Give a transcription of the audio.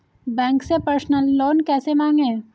Bank से personal loan कैसे मांगें?